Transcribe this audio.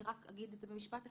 אני רק אגיד במשפט אחד.